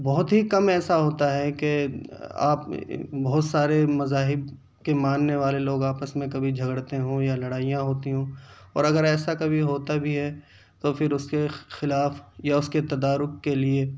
بہت ہی کم ایسا ہوتا ہے کہ آپ بہت سارے مذاہب کے ماننے والے لوگ آپس میں کبھی جگھڑتے ہوں یا لڑائیاں ہوتی ہوں اور اگر ایسا کبھی ہوتا بھی ہے تو پھر اس کے خلاف یا اس کے تدارک کے لیے